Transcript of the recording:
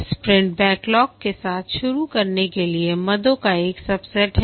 sprint backlog के साथ शुरू करने के लिए मदों का एक सबसेट है